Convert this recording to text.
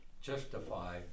justify